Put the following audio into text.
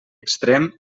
extrem